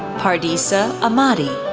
pardis ah ahmadi,